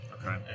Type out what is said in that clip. Okay